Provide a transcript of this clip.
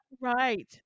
right